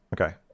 Okay